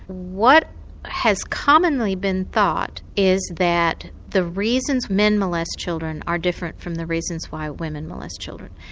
what has commonly been thought is that the reasons men molest children are different from the reasons why women molest children.